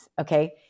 Okay